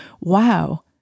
wow